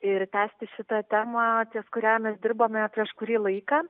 ir tęsti šitą temą ties kuria mes dirbome priš kurį laiką